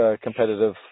competitive